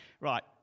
Right